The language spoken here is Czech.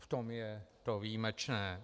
V tom je to výjimečné.